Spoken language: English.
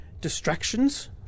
distractions